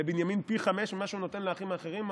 לבנימין פי חמישה ממה שהוא נותן לאחים האחרים?